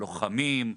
לוחמים,